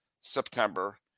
September